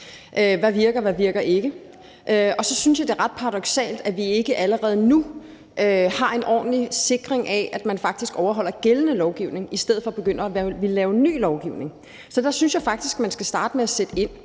der virker, og hvad der ikke virker. Så synes jeg, at det er ret paradoksalt, at vi ikke allerede nu har en ordentlig sikring af, at man faktisk overholder gældende lovgivning, i stedet for at begynde at ville lave ny lovgivning. Så der synes jeg faktisk, man skal starte med at sætte ind.